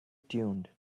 tuned